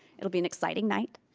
it'll be an exciting night.